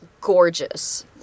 gorgeous